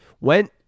went